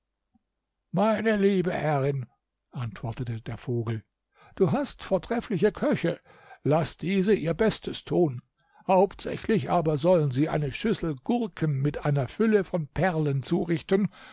meine liebe herrin antwortete der vogel du hast vortreffliche köche laß diese ihr bestes tun hauptsächlich aber sollen sie eine schüssel gurken mit einer fülle von perlen zurichten